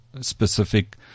specific